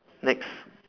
next